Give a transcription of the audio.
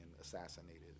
assassinated